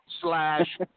slash